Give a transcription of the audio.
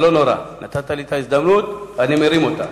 אבל לא נורא, נתת לי את ההזדמנות, ואני מרים אותה.